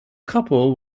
couple